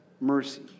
mercy